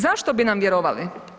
Zašto bi nam vjerovali?